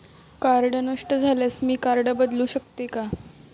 Card नष्ट झाल्यास मी कार्ड बदलू शकते का?